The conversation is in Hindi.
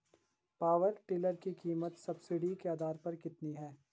पावर टिलर की कीमत सब्सिडी के आधार पर कितनी है?